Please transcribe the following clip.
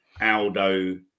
Aldo